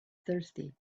thirsty